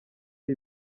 ari